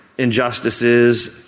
injustices